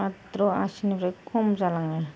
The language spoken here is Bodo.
भाद्र' आसिननिफ्राय खम जालाङो